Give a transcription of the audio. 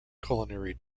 culinary